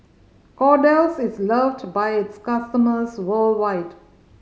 Kordel's is loved by its customers worldwide